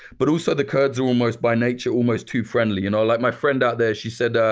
but also the kurds are almost by nature, almost too friendly, you know like my friend out there, she said.